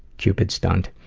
cupid stunt,